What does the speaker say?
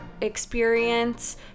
experience